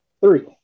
Three